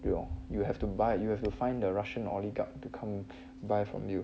you know you have to buy you have to find the russian oligarch to come buy from you